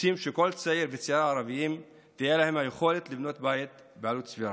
רוצים שכל צעיר וצעירה ערבים תהיה להם היכולת לבנות בית בעלות סבירה,